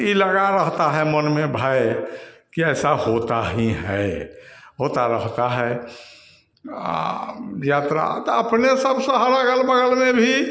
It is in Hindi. ये लगा रहता है मन में भय कि ऐसा होता ही है होता रहता है यात्रा अपने सब शहर अगल बगल में भी